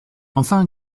enfin